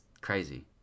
crazy